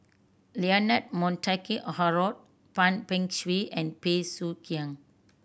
Leonard Montague Harrod Tan Beng Swee and Bey Soo Khiang